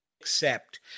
accept